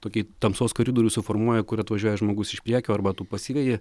tokį tamsos koridorių suformuoja kur atvažiuoja žmogus iš priekio arba tu pasiveji